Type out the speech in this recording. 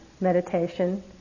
meditation